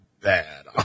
bad